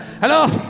Hello